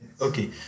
Okay